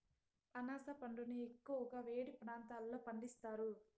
అనాస పండును ఎక్కువగా వేడి ప్రాంతాలలో పండిస్తారు